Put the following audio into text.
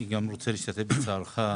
אני גם רוצה להשתתף בצערך.